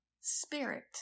spirit